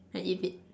and eat it